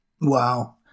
Wow